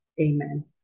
Amen